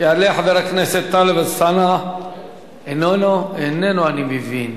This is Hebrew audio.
טלב אלסאנע, איננו, אני מבין.